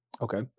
Okay